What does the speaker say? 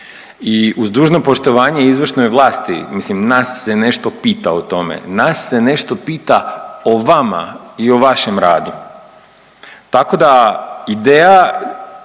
I uz dužno poštovanje izvršnoj vlasti mislim nas se nešto pita o tome, nas se nešto pita o vama i o vašem radu tako da ideja